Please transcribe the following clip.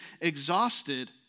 exhausted